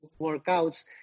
workouts